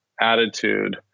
attitude